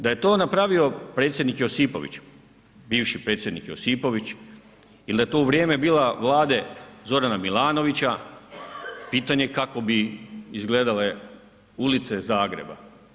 Da je to napravio predsjednik Josipović, bivši predsjednik Josipović il da je u to vrijeme bilo vlade Zorana Milanovića pitanje kako bi izgledale ulice Zagreba.